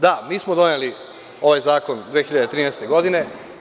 Da, mi smo doneli ovaj zakon 2013. godine.